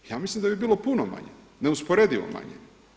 Ja mislim da bi bilo puno manje, neusporedivo manje.